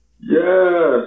Yes